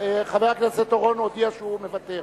חבר הכנסת אורון הודיע שהוא מוותר.